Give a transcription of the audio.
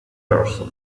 person